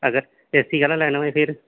अगर एसी आह्ला लैना होऐ फिर